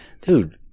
dude